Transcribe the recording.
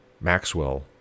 Maxwell